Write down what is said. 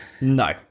No